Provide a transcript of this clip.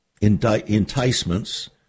enticements